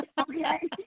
Okay